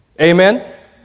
Amen